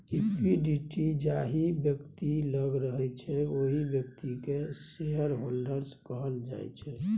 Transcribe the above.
equity जाहि बेकती लग रहय छै ओहि बेकती केँ शेयरहोल्डर्स कहल जाइ छै